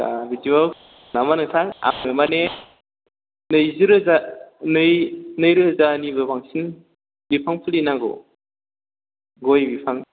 दा बिथ' नामा नोंथां आङो माने नैजिरोजा नै रोजानिबो बांसिन बिफां फुलि नांगौ गय बिफां